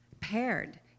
paired